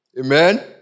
Amen